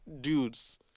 dudes